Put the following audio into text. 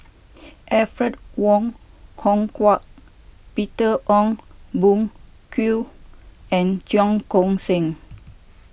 Alfred Wong Hong Kwok Peter Ong Boon Kwee and Cheong Koon Seng